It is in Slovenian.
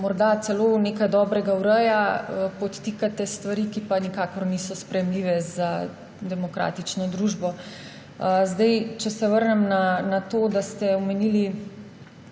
morda celo nekaj dobrega ureja, podtikate stvari, ki pa nikakor niso sprejemljive za demokratično družbo. Če se vrnem na to, da ste omenili,